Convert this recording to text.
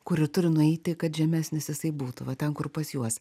kur ir turi nueiti kad žemesnis jisai būtų va ten kur pas juos